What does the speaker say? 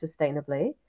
sustainably